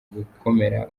gukomera